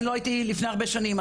לא הייתי לפני הרבה שנים,